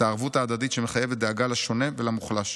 את הערבות ההדדית שמחייבת דאגה לשונה ולמוחלש,